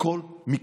הכול מכול.